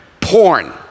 Porn